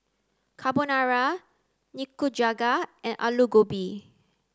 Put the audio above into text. Carbonara Nikujaga and Alu Gobi